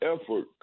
effort